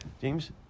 James